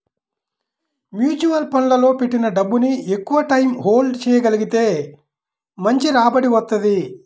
mutual ఫండ్లలో పెట్టిన డబ్బుని ఎక్కువటైయ్యం హోల్డ్ చెయ్యగలిగితే మంచి రాబడి వత్తది